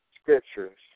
scriptures